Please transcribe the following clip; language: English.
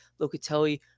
Locatelli